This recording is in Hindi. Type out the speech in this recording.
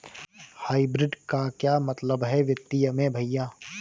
हाइब्रिड का क्या मतलब है वित्तीय में भैया?